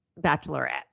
Bachelorette